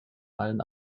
allen